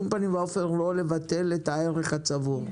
לבטל את הערך הצבור.